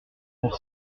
pour